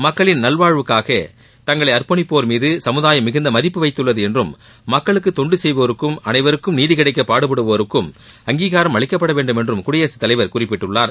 மக்களின் நல்வாழ்வுக்காக தங்களை அர்ப்பணிப்போர் மீது சுமுதாயம் மிகுந்த மதிப்பு வைத்துள்ளது என்றும் மக்களுக்கு தொண்டு செய்வோருக்கும் அனைவருக்கும் நீதி கிடைக்க பாடுபடுவோருக்கும் அங்கீகாரம் அளிக்கப்பட வேண்டும் என்று குடியரசு தலைவர் குறிப்பிட்டுள்ளார்